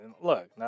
Look